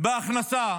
בהכנסה